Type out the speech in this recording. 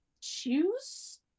choose